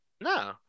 no